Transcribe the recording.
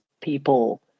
people